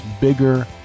bigger